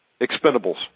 Expendables